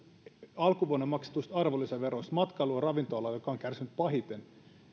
alkuvuonna maksetuista arvonlisäveroista matkailu ja ravintola ala joka on kärsinyt pahiten